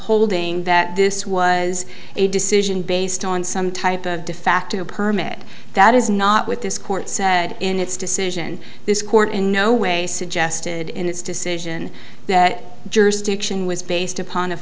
holding that this was a decision based on some type of defacto permit that is not with this court said in its decision this court in no way suggested in its decision that jurisdiction was based upon